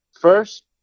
first